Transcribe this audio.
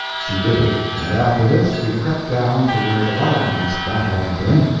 she did it, and after this we crept down to where the wild-beast battle had been,